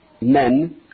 men